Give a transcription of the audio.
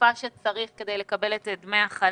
התקופה שצריך כדי לקבל את דמי החל"ת,